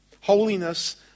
Holiness